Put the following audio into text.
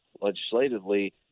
legislatively